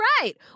right